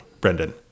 Brendan